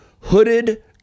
Hooded